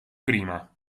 prima